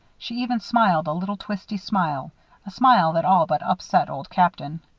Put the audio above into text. she even smiled a little, twisty smile a smile that all but upset old captain.